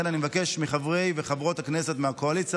אני מבקש מחברי וחברות הכנסת מהקואליציה